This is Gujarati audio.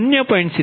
5 0